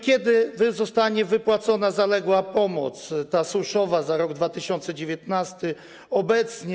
Kiedy zostanie wypłacona zaległa pomoc suszowa za rok 2019?